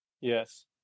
Yes